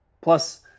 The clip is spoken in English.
Plus